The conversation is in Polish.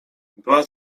była